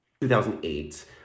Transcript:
2008